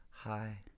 hi